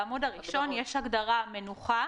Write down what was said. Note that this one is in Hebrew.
בעמוד הראשון יש הגדרה "מנוחה".